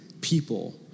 people